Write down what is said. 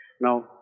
Now